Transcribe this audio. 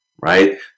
right